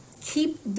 keep